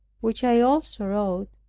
which i also wrote,